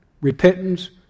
repentance